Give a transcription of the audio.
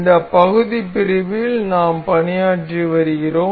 இந்த பகுதி பிரிவில் நாம் பணியாற்றி வருகிறோம்